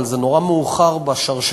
אבל זה נורא מאוחר בשרשרת.